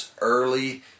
early